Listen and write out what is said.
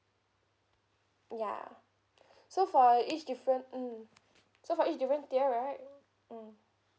yeah so for each different mm so for each different tier right mm